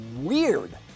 weird